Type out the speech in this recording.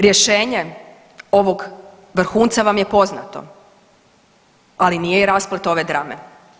Rješenje ovog vrhunca vam je poznato, ali nije i rasplet ove drame.